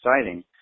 exciting